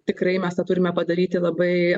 tikrai mes tą turime padaryti labai